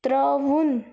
ترٛاوُن